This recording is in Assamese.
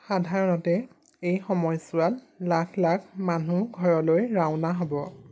সাধাৰণতে এই সময়ছোৱাত লাখ লাখ মানুহ ঘৰলৈ ৰাওনা হ'ব